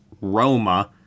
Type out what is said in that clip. Roma